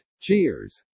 Cheers